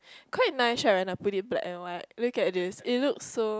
quite nice right when I put it black and white look at this it look so